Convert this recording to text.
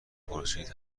پرسید